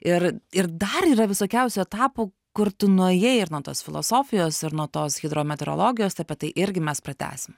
ir ir dar yra visokiausių etapų kur tu nuėjai ir nuo tos filosofijos ir nuo tos hidrometeorologijos apie tai irgi mes pratęsim